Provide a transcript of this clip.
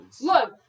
Look